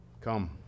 Come